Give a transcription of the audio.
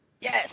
Yes